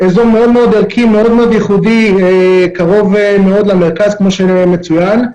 ערכי, קרוב מאוד למרכז כמו שצוין.